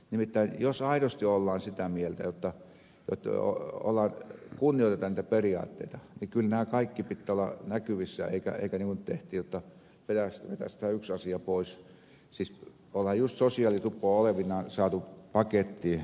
nimittäin jos aidosti ollaan sitä mieltä jotta kunnioitetaan niitä periaatteita niin kyllä näitten kaikkien pitää olla näkyvissä eikä niin kuin tehtiin jotta vetäistään yksi asia pois siis kun ollaan just sosiaalitupo olevinaan saatu pakettiin